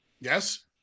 Yes